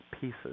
pieces